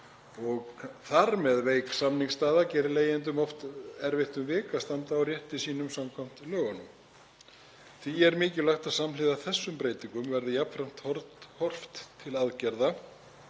og þar með veik samningsstaða gerir leigjendum oft erfitt um vik að standa á rétti sínum samkvæmt lögunum. Því er mikilvægt að samhliða þessum breytingum verði jafnframt horft til aðgerða